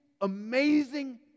amazing